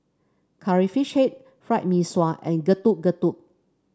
Curry Fish Head Fried Mee Sua and Getuk Getuk